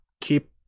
Keep